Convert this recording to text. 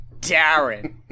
Darren